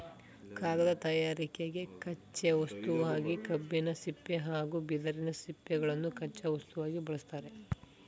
ಕಾಗದ ತಯಾರಿಕೆಗೆ ಕಚ್ಚೆ ವಸ್ತುವಾಗಿ ಕಬ್ಬಿನ ಸಿಪ್ಪೆ ಹಾಗೂ ಬಿದಿರಿನ ಸಿಪ್ಪೆಗಳನ್ನು ಕಚ್ಚಾ ವಸ್ತುವಾಗಿ ಬಳ್ಸತ್ತರೆ